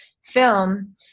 film